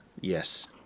Yes